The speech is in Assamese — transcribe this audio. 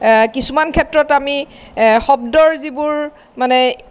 কিছুমান ক্ষেত্ৰত আমি শব্দৰ যিবোৰ মানে